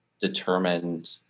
determined